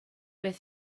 beth